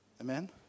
Amen